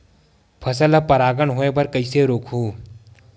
फसल ल परागण होय बर कइसे रोकहु?